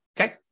okay